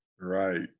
Right